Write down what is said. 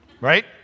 right